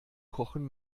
kochen